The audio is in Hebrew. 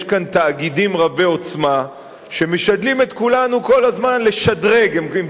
יש כאן תאגידים רבי-עוצמה שמשדלים את כולנו כל הזמן לשדרג.